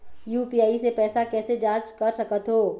UPI से पैसा कैसे जाँच कर सकत हो?